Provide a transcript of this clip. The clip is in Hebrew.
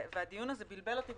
והדיון הזה בלבל אותי.